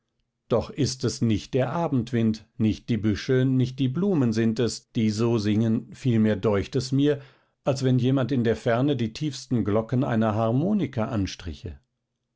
doch ist es nicht der abendwind nicht die büsche nicht die blumen sind es die so singen vielmehr deucht es mir als wenn jemand in der ferne die tiefsten glocken einer harmonika anstriche